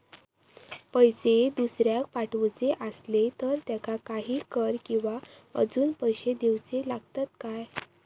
पैशे दुसऱ्याक पाठवूचे आसले तर त्याका काही कर किवा अजून पैशे देऊचे लागतत काय?